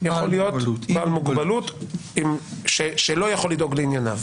בעל מוגבלות שלא יכול לדאוג לענייניו.